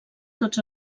tots